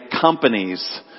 companies